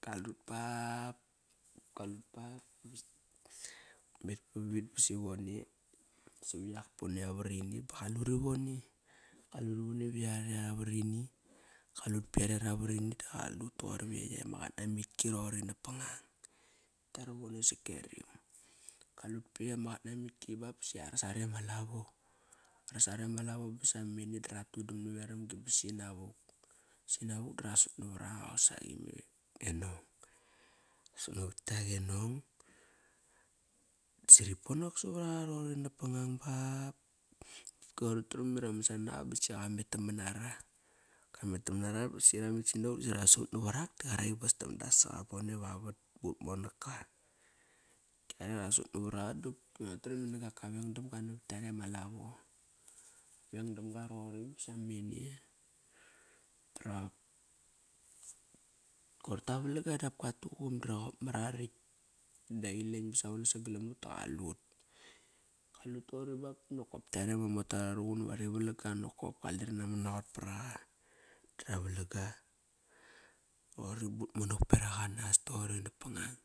Kalut bap, kalut bap. Ut met pavit ba sivone savat yak pone a var ini ba qari vone. Qaluri vone var yak a varini. Kalut par yare ara var ini da qalut toqor vayekt ama qat namitki, roqori napangang kiarovone sake rim. Kalut par yet ama qata a mitki ba basi ar sare ama lavo. Ar sare ma, lavo bas mamene da ratudan naveram gi ba sina wuk. Sinavuk da rasut navar oqa qosi me nong. Tasut navat tak e nong disi ri ponok savar aqa roqori napangang bap. Koir utram i ramasana naga bakt si gamet naman nara. Kamet taman nara bosi ramet sanvuk da rasut ravar ak da qari bas tam da saqa vone vavat but monak ka. Kiare rasut navar aqa dopki ngua tare i nagak ka vengdam ga navat tare ma lavo. Ta vengdom ga roqori sam amene dara koir ta valang ga dap ka tuqun dara qop mararat da eilan ba savone sagalam mut da qalut. Kalut toqori bap ba nokop kiare ma mota ra ruqun iva rivalang ga nokop. Kaleri na manaqot par aqa dara valang ga. Roqori but monak beraq anas toqori napangang.